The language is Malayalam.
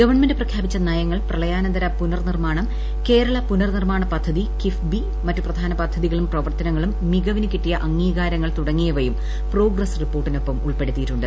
ഗവൺമെന്റ് പ്രഖ്യാപിച്ച നയങ്ങൾ പ്രളയാനന്തര പുനർനിർമാണം കേരള പുനർനിർമാണ പദ്ധതി കിഫ്ബി മറ്റു പ്രധാന പദ്ധതികളും പ്രവർത്തനങ്ങളും മികവിനു കിട്ടിയ അംഗീകാരങ്ങൾ തുടങ്ങിയവയും പ്രോഗ്രസ് റിപ്പോർട്ടിനൊപ്പം ഉൾപ്പെടുത്തിയിട്ടുണ്ട്